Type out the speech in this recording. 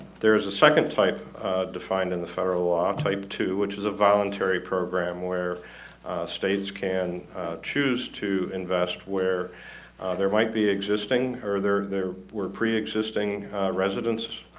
there is a second type defined in the federal law type two which is a voluntary program where states can choose to invest where there might be existing or there there were pre-existing residences